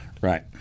Right